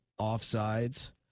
offsides